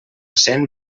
cent